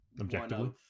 objectively